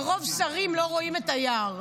מרוב שרים לא רואים את היער.